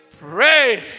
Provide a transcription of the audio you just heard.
Pray